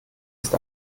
ist